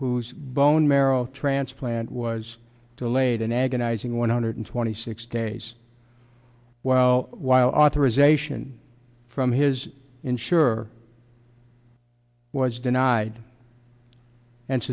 whose bone marrow transplant was delayed an agonizing one hundred twenty six days while while authorization from his ensure was denied and